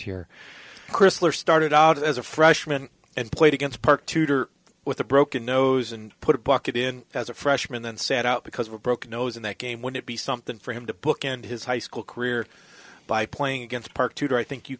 crysler started out as a freshman and played against park tutor with a broken nose and put a bucket in as a freshman then sat out because of a broken nose in that game would it be something for him to bookend his high school career by playing against park tutor i think you